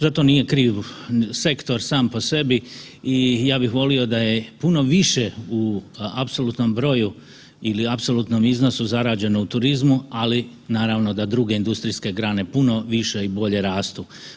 Za to nije kriv sektor sam po sebi i ja bih volio da je puno više u apsolutnom broju ili apsolutnom iznosu zarađeno u turizmu, ali naravno da druge industrijske grane puno više i bolje rastu.